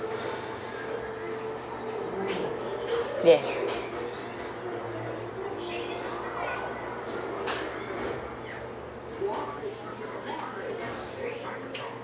yes